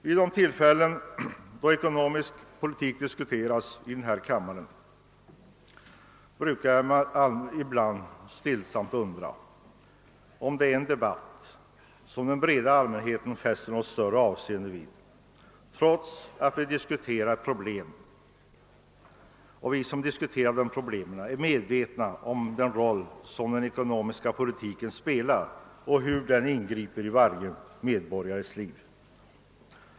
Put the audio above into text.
Vid de tillfällen då ekonomisk politik diskuteras i denna kammare gör jag ibland en stillsam undran om den breda allmänheten fäster något större avseende vid denna debatt, trots att vi som diskuterar problemen är medvetna om den roll som den ekonomiska politiken spelar och hur den ingriper i varje medborgares liv.